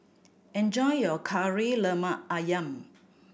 enjoy your Kari Lemak Ayam